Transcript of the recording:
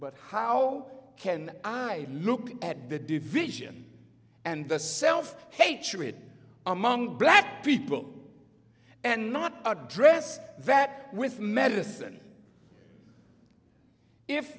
but how can i look at the deflation and the self hatred among black people and not address that with medicine if